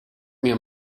mir